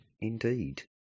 Indeed